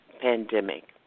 pandemic